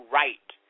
right